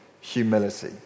humility